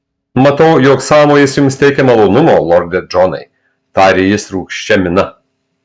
matau jog sąmojis jums teikia malonumo lorde džonai tarė jis rūgščia mina